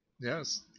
Yes